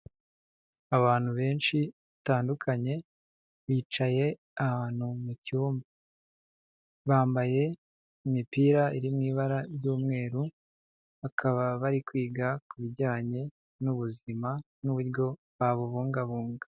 Abantu benshi batandukanye, bicaye ahantu mu cyumba. Bambaye imipira iri mu ibara ry'umweru, bakaba bari kwiga ku bijyanye n'ubuzima n'uburyo babubungabunga.